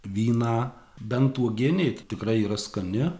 vyną bent uogienė tai tikrai yra skani